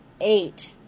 eight